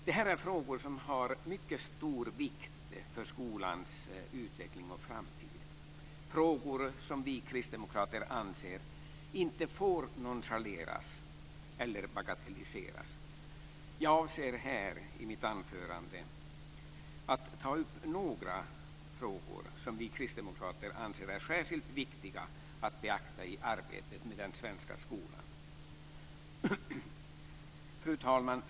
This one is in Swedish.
Det här är frågor som är av mycket stor vikt för skolans utveckling och framtid, frågor som vi kristdemokrater anser inte får nonchaleras eller bagatelliseras. Jag avser att här i mitt anförande ta upp några frågor som vi kristdemokrater ser det som särskilt viktigt att beakta i arbetet med den svenska skolan. Fru talman!